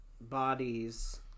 bodies